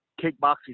kickboxing